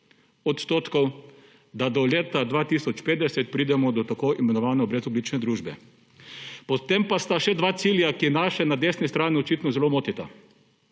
za 55 %, da do leta 2050 pridemo do tako imenovane brezogljične družbe. Potem pa sta še dva cilja, ki naše na desni strani očitno zelo motita.